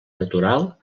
natural